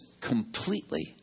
completely